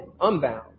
unbound